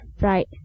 Right